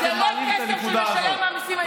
זה לא כסף של משלם המיסים הישראלי.